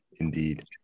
indeed